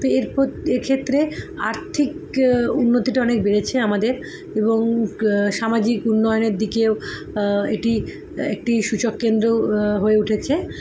তো এরপর এক্ষেত্রে আর্থিক উন্নতিটা অনেক বেড়েছে আমাদের এবং সামাজিক উন্নয়নের দিকেও এটি একটি সূচক কেন্দ্র হয়ে উঠেছে